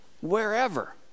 wherever